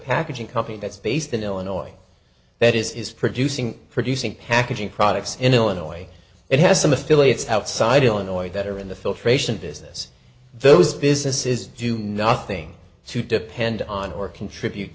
packaging company that's based in illinois that is is producing producing packaging products in illinois and has some affiliates outside illinois that are in the filtration business those businesses do nothing to depend on or contribute